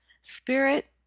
Spirit